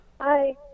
Hi